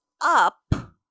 up